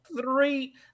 Three-